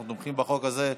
אנחנו תומכים בחוק הזה.